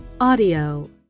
audio